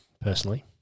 Personally